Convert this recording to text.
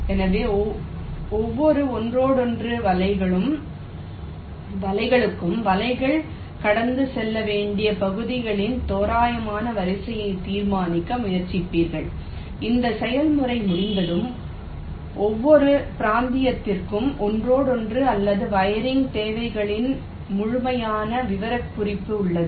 எனவே ஒவ்வொரு ஒன்றோடொன்று வலைகளுக்கும் வலைகள் கடந்து செல்ல வேண்டிய பகுதிகளின் தோராயமான வரிசையை தீர்மானிக்க முயற்சிப்பீர்கள் இந்த செயல்முறை முடிந்ததும் ஒவ்வொரு பிராந்தியத்திற்கும் ஒன்றோடொன்று அல்லது வயரிங் தேவைகளின் முழுமையான விவரக்குறிப்பு உள்ளது